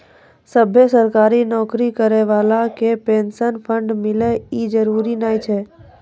सभ्भे सरकारी नौकरी करै बाला के पेंशन फंड मिले इ जरुरी नै होय छै